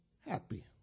happy